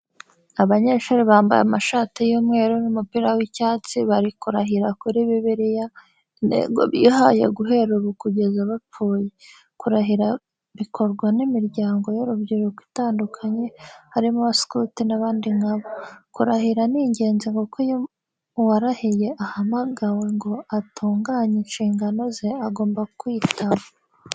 Abanyeshuri bambaye amashati y'umweru n'umupira w'icyatsi, bari kurahira kuri Bibiliya, intego bihaye guhera ubu kugeza bapfuye. Kurahira bikorwa n'imiryango y'urubyiruko itandukanye harimo abasukuti n'abandi nkabo. Kurahira ni ingenzi kuko iyo uwarahiye ahamagawe ngo atunganye inshingano ze, agomba kwitaba.